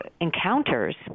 encounters